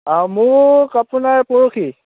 অঁ মোক আপোনাৰ পৰহি